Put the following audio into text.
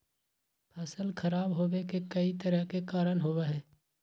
फसल खराब होवे के कई तरह के कारण होबा हई